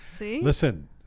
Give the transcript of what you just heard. listen